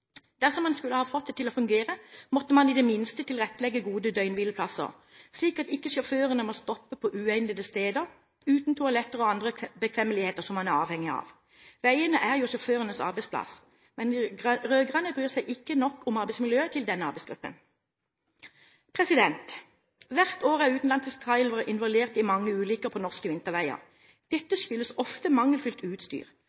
Dersom man skulle ha fått dem til å fungere, måtte man i det minste tilrettelegge gode døgnhvileplasser, slik at ikke yrkessjåførene må stoppe på uegnede steder uten toaletter og andre bekvemmeligheter man er avhengig av. Veiene er sjåførenes arbeidsplass, men de rød-grønne bryr seg ikke nok om arbeidsmiljøet til denne arbeidsgruppen. Hvert år er utenlandske trailere involvert i mange ulykker på norske vinterveier.